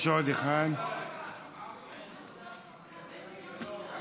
ההצעה להעביר את הצעת חוק פיצויי פיטורים (תיקון מס'